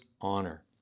honor